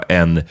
en